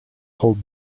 hold